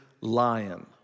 lion